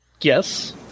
Yes